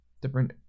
different